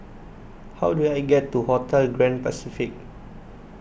how do I get to Hotel Grand Pacific